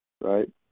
right